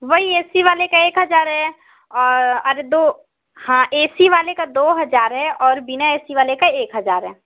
वही A C वाले का एक हज़ार है और अरे दो हाँ ए सी वाले का दो हज़ार है और बिना ए सी वाले का एक हज़ार है